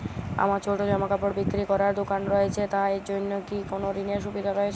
আমার ছোটো জামাকাপড় বিক্রি করার দোকান রয়েছে তা এর জন্য কি কোনো ঋণের সুবিধে রয়েছে?